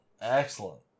Excellent